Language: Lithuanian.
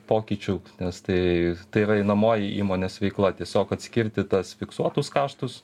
pokyčiu nes tai yra einamoji įmonės veikla tiesiog atskirti tas fiksuotus kaštus